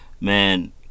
man